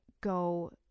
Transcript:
go